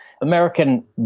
American